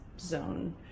zone